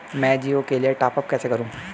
मैं जिओ के लिए टॉप अप कैसे करूँ?